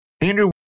Andrew